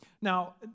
Now